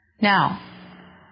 Now